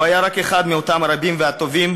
הוא היה רק אחד מאותם רבים וטובים